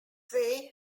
way